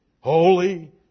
holy